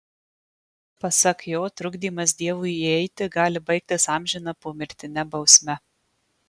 pasak jo trukdymas dievui įeiti gali baigtis amžina pomirtine bausme